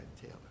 Taylor